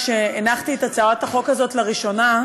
כשהנחתי את הצעת החוק הזאת לראשונה,